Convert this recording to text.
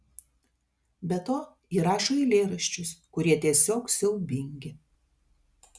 be to ji rašo eilėraščius kurie tiesiog siaubingi